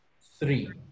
three